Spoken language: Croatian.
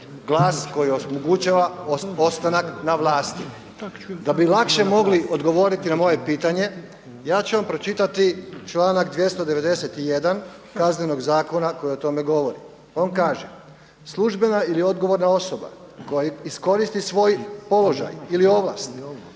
glas koji omogućava ostanak na vlasti? Da bi lakše mogli odgovoriti na moje pitanje, ja ću vam pročitati članak 291. Kaznenog zakona koji o tome govori. On kaže „službena ili odgovorna osoba koja iskoristi svoj položaj ili ovlast,